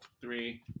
three